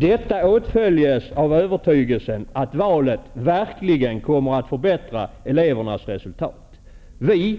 Detta åtföljes av övertygelsen att valet verkligen kommer att förbättra elevernas resultat. Vi